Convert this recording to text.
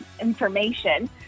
information